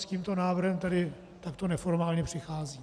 S tímto návrhem tedy takto neformálně přicházím.